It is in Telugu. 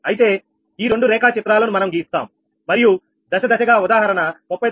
అయితే ఈ రెండు రేఖా చిత్రాలను మనం గీస్తాము మరియు దశ దశగా ఉదాహరణ 39